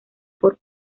por